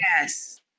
Yes